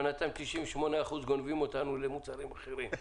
ובינתיים 98% גונבים מאתנו למוצרים אחרים.